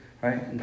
Right